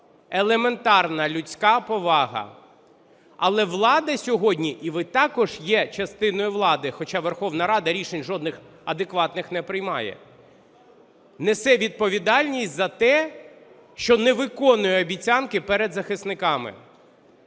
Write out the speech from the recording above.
елементарна людська повага. Але влада сьогодні, і ви також є частиною влади, хоча Верховна Рада рішень жодних адекватних не приймає, несе відповідальність за те, що не виконує обіцянки перед захисниками.